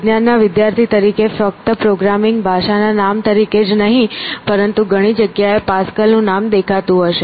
વિજ્ઞાન ના વિદ્યાર્થી તરીકે ફક્ત પ્રોગ્રામિંગ ભાષા ના નામ તરીકે જ નહીં પરંતુ ઘણી જગ્યાએ પાસ્કલ નું નામ દેખાતું હશે